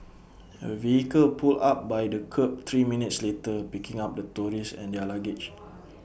A vehicle pulled up by the kerb three minutes later picking up the tourists and their luggage